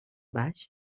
baix